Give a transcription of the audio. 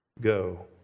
go